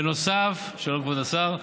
בנוסף, שלו, כבוד השר,